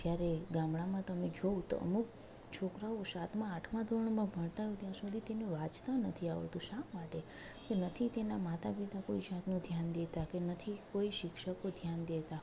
જ્યારે ગામડામાં તમે જુઓ તો અમુક છોકરાઓ સાતમા આઠમાં ભણતા હોય ત્યાં સુધી તેને વાંચતાં નથી આવડતું શા માટે કે નથી તેના માતા પિતા કોઈ જાતનું ધ્યાન દેતાં કે નથી કોઈ શિક્ષકે ધ્યાન દેતાં